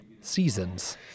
seasons